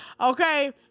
Okay